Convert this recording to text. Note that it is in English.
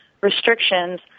restrictions